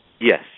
Yes